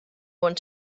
want